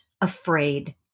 afraid